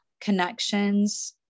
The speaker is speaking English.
connections